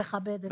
תכבד.